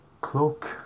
cloak